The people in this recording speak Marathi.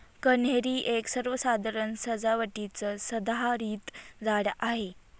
कन्हेरी एक सर्वसाधारण सजावटीचं सदाहरित झाड आहे